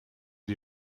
die